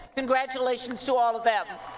congratulati ons to all of them.